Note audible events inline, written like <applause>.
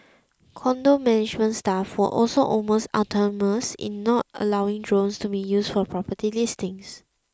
condo management staff were also almost <unintelligible> in not allowing drones to be used for property listings